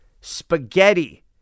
spaghetti